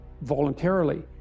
voluntarily